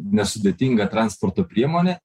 nesudėtinga transporto priemonė